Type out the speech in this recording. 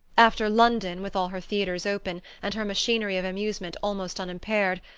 after london, with all her theaters open, and her machinery of amusement almost unimpaired,